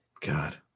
God